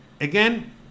again